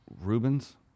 Rubens